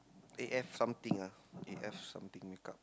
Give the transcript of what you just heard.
A F something lah A F something the cup